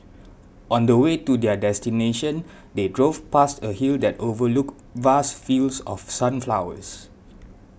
on the way to their destination they drove past a hill that overlooked vast fields of sunflowers